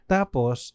Tapos